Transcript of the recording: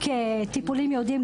טיפולים ייעודיים,